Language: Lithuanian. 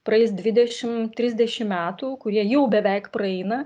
praeis dvidešim trisdešim metų kurie jau beveik praeina